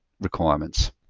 requirements